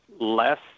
less